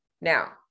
Now